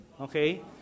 okay